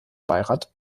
beirat